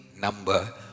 number